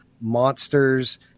monsters